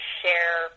share